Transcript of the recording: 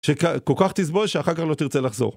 שכל כך תסבול שאחר כך לא תרצה לחזור.